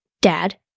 dad